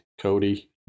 Cody